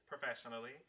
professionally